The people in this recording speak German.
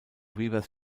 webers